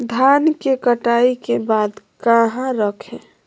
धान के कटाई के बाद कहा रखें?